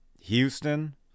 Houston